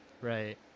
Right